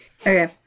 Okay